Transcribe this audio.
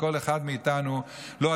לכל אחד מאיתנו לו,